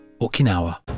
Okinawa